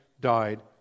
died